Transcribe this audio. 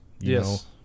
yes